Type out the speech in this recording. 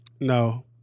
No